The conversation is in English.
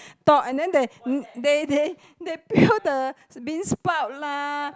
talk and then they they they they peel the bean sprout lah